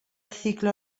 ciclo